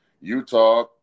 Utah